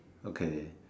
okay